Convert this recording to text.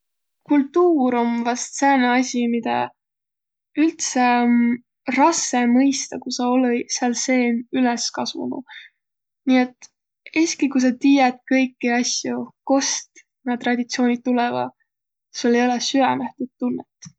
Kultuur om vast sääne asi, midä üldse om rassõ mõistaq, ku sa olõ-i sääl seen üles kasunuq. Nii et es'ki ku sa tiiät kõiki asjo, kost na traditsiooniq tulõvaq, sul ei olõq süämeh tuud tunnõt.